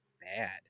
bad